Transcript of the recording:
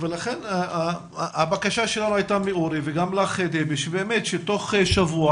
ולכן הבקשה שלנו הייתה מאורי וחגי שתוך שבוע